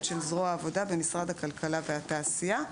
של זרוע העבודה במשרד הכלכלה והתעשייה".